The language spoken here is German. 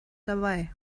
dabei